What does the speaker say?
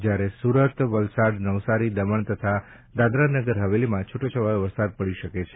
જ્યારે સુરત વલસાડ નવસારી દમણ તથા દાદરાનગર હવેલીમાં છૂટોછવાયો વરસાદ પડી શકે છે